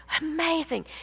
Amazing